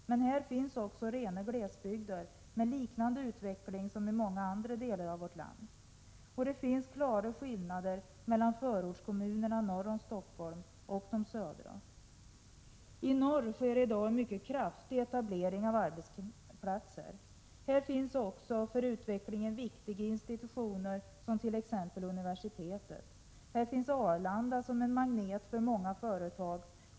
Men här finns också rena glesbygder med liknande utveckling som i många andra delar av vårt land. Och det finns en klar skillnad mellan förortskommunerna norr om Stockholm och de södra. I norr sker i dag en mycket kraftig etablering av arbetsplatser. Här finns också för utvecklingen viktiga institutioner som t.ex. universitetet. Här finns Arlanda som en magnet för många företag.